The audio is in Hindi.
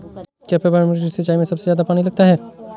क्या पेपरमिंट की सिंचाई में सबसे ज्यादा पानी लगता है?